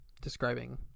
Describing